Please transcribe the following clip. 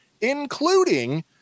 including